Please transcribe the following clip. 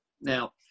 Now